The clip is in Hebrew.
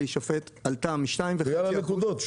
המבקשים להישפט עלתה מ-2.5% -- זה בגלל הנקודות.